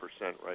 right